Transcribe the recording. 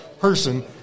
person